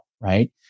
right